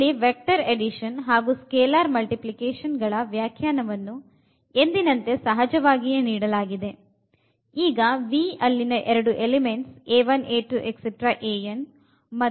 ಇಲ್ಲಿ vector addition ಹಾಗು scalar multiplication ಗಳ ವ್ಯಾಖ್ಯಾನವನ್ನು ಎಂದಿನಂತೆ ಸಹಜವಾಗಿಯೇ ನೀಡಲಾಗಿದೆ